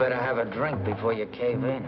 better have a drink before you came